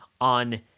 on